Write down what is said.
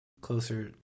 closer